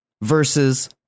versus